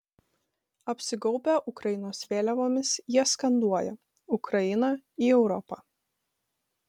apsigaubę ukrainos vėliavomis jie skanduoja ukrainą į europą